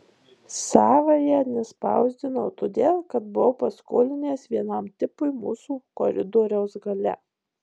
savąja nespausdinau todėl kad buvau paskolinęs vienam tipui mūsų koridoriaus gale